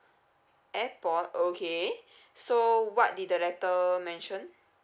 airport okay so what did the letter mentioned